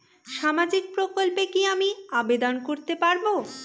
সামাজিক প্রকল্পে কি আমি আবেদন করতে পারবো?